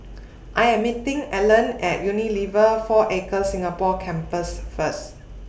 I Am meeting Allean At Unilever four Acres Singapore Campus First